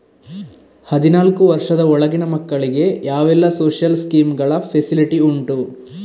ಹದಿನಾಲ್ಕು ವರ್ಷದ ಒಳಗಿನ ಮಕ್ಕಳಿಗೆ ಯಾವೆಲ್ಲ ಸೋಶಿಯಲ್ ಸ್ಕೀಂಗಳ ಫೆಸಿಲಿಟಿ ಉಂಟು?